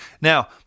now